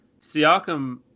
Siakam